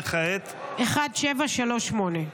וכעת --- 1738.